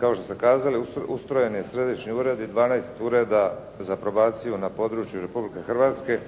Kao što ste kazali ustrojen je središnji ured i 12 ureda za probaciju na području Republike Hrvatske,